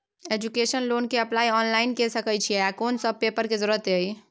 Education loan के apply online के सके छिए आ कोन सब पेपर के जरूरत इ?